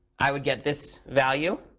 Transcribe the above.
i would get this value.